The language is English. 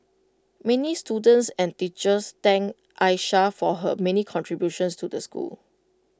many students and teachers thanked Aisha for her many contributions to the school